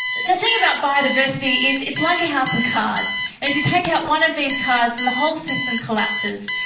the thing about biodiversity is it's like a house of cards, and if you take out one of these cards then and the whole system collapses,